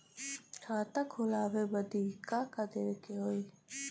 खाता खोलावे बदी का का देवे के होइ?